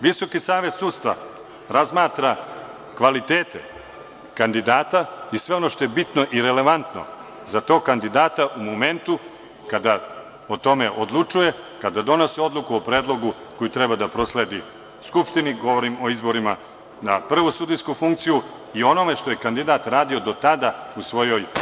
Visoki savet sudstva razmatra kvalitete kandidata i sve ono što je bitno i relevantno za tog kandidata u momentu kada o tome odlučuje, kada donose odluku o predlogu koji treba da prosledi Skupštini, govorim o izborima na prvu sudijsku funkciju i onoga što je kandidat radio do tada u svojoj